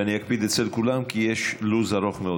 ואני אקפיד אצל כולם, כי יש לו"ז ארוך מאוד.